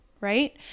right